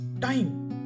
time